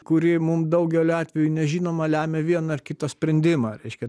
kuri mum daugeliu atvejų nežinoma lemia vieną ar kitą sprendimą reiškia